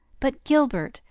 but, gilbert,